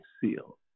seal